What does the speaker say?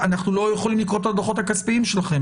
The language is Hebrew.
אנחנו לא יכולים לקרוא את הדוחות הכספיים להם,